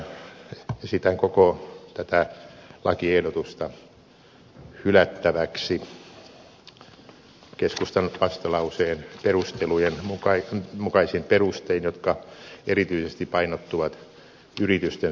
tämän johdosta esitän koko tätä lakiehdotusta hylättäväksi keskustan vastalauseen perustelujen mukaisin perustein jotka erityisesti painottuvat yritysten sukupolvenvaihdoksiin